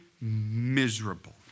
miserable